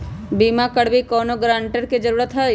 बिमा करबी कैउनो गारंटर की जरूरत होई?